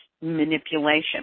manipulation